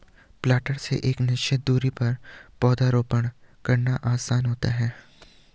planter से एक निश्चित दुरी पर पौधरोपण करना आसान होता है